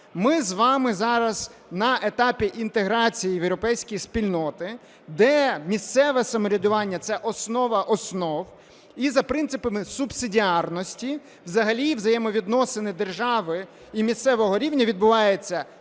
Ми з вами зараз на етапі інтеграції в європейські спільноти, де місцеве самоврядування – це основа основ. І за принципами субсидіарності взагалі взаємовідносини держави і місцевого рівня відбуваються: